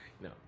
No